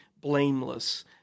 blameless